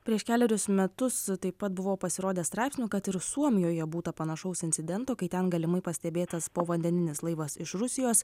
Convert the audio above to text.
prieš kelerius metus taip pat buvo pasirodę straipsnių kad ir suomijoje būta panašaus incidento kai ten galimai pastebėtas povandeninis laivas iš rusijos